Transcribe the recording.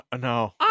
no